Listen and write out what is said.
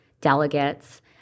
delegates